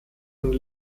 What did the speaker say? und